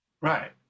Right